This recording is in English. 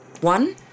One